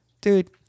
Dude